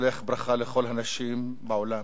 אני שולח ברכה לכל הנשים בעולם,